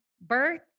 birth